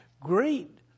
Great